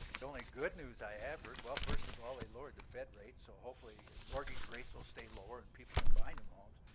the only good news i have heard, well, first of all, they lowered the fed rate, so hopefully mortgage rates will stay lower and people can buy new homes.